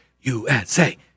USA